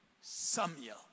Samuel